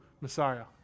messiah